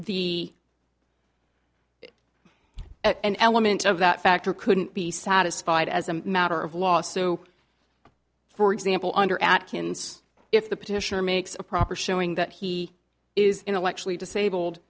the an element of that factor couldn't be satisfied as a matter of law sue for example under atkins if the petitioner makes a proper showing that he is intellectually disabled